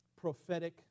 prophetic